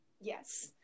Yes